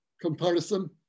comparison